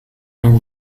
and